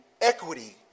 equity